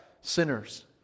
sinners